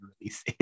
release